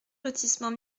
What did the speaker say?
lotissement